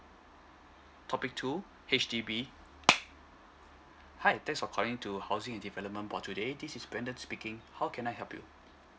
topic two H_D_B hi thanks for calling to housing and development board today this is brendan speaking how can I help you